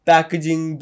Packaging